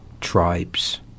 tribes